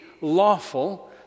lawful